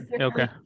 Okay